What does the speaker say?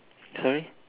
sorry